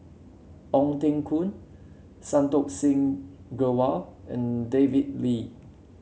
Ong Teng Koon Santokh Singh Grewal and David Lee